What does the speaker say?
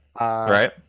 right